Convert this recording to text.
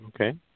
okay